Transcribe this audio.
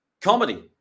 comedy